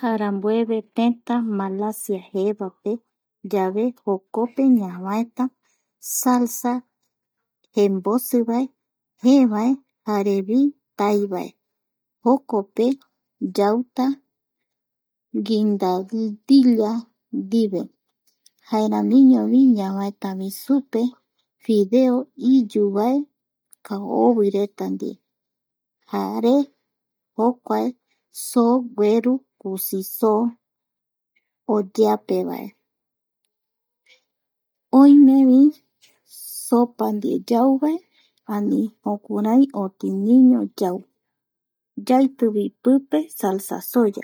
Jaramueva teta Malasia jeevape yave jokpe ñavaeta salsa jembosivae, jeevae, jarevi tai vae jokope yauta gindandilla ndive jaeramiñovi ñavaetavi supe fideo iyu vae kaovireta ndie jare jokuae so gueru kusi soo oyeapevae oimevi sopa ndie yauvae ani jukurai otiniño yau yaitivi pipe salsa soya